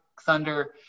Thunder